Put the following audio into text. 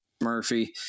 Murphy